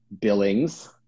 Billings